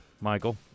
Michael